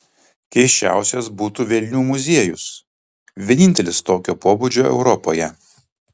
keisčiausias būtų velnių muziejus vienintelis tokio pobūdžio europoje